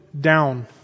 down